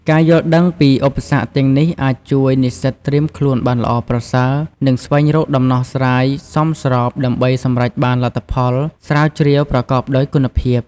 ការយល់ដឹងពីឧបសគ្គទាំងនេះអាចជួយនិស្សិតត្រៀមខ្លួនបានល្អប្រសើរ និងស្វែងរកដំណោះស្រាយសមស្របដើម្បីសម្រេចបានលទ្ធផលស្រាវជ្រាវប្រកបដោយគុណភាព។